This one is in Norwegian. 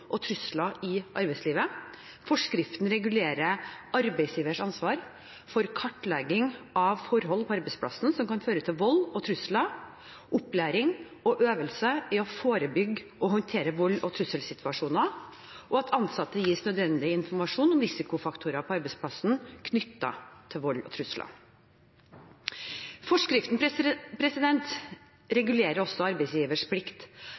og trusler i arbeidslivet. Forskriften regulerer arbeidsgivers ansvar for kartlegging av forhold på arbeidsplassen som kan føre til vold og trusler, opplæring og øvelse i å forebygge og håndtere volds- og trusselsituasjoner og at ansatte gis nødvendig informasjon om risikofaktorer på arbeidsplassen knyttet til vold og trusler. Forskriften